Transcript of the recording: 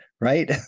right